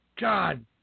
God